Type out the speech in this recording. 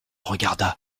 regarda